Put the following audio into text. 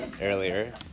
earlier